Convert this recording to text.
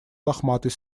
лохматый